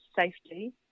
safety